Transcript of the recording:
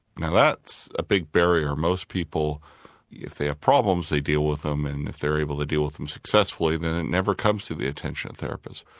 and that's a big barrier. most people if they have problems they deal with them and if they're able to deal with them successfully then it never comes to the attention of therapists.